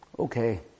Okay